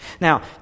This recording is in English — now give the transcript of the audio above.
Now